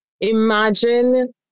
Imagine